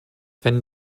wenn